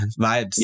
Vibes